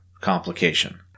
complication